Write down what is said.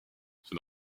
son